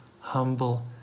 humble